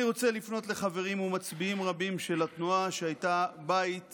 אני רוצה לפנות לחברים ומצביעים רבים של התנועה שהייתה לי בית